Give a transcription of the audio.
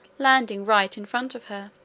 landing right in front of her.